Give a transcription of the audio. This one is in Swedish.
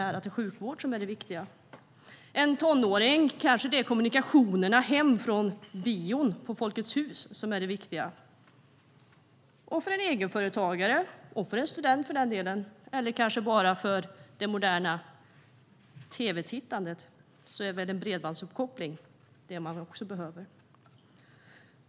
För en tonåring är det kanske kommunikationerna hem från bion på Folkets hus som är det viktiga. För egenföretagare och studenter, eller bara för det moderna tv-tittandet, är en bredbandsuppkoppling nödvändig.